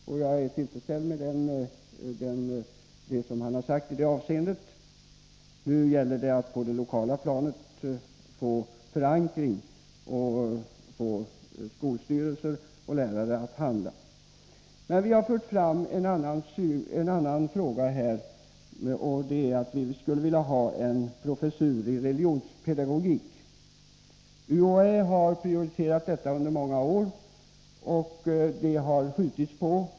Jag är tillfredsställd med det han har sagt i detta avvseende. Nu gäller det att få förankring på det lokala planet och att få skolstyrelser och lärare att handla. Men vi har även tagit upp en annan fråga. Vi skulle vilja ha en professur i religionspedagogik. UHÄ har prioriterat saken under många år, men det Nr 27 hela har skjutits upp.